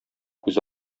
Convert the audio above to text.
күз